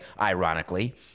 Ironically